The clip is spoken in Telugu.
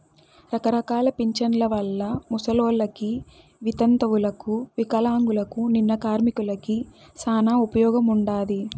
రకరకాల పింఛన్ల వల్ల ముసలోళ్ళకి, వితంతువులకు వికలాంగులకు, నిన్న కార్మికులకి శానా ఉపయోగముండాది